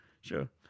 sure